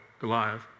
Goliath